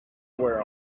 were